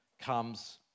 comes